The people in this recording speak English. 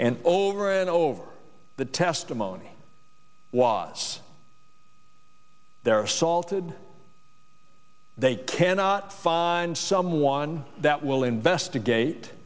and over and over the testimony was there are salted they cannot find someone that will investigate